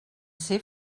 ser